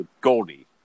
Goldie